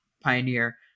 pioneer